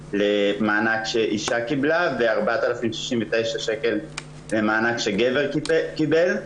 למענק שאישה קיבלה ו-4,069 שקל למענק שגבר קיבל.